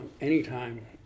anytime